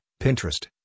Pinterest